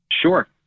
Sure